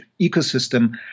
ecosystem